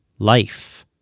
life